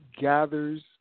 gathers